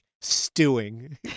stewing